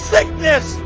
Sickness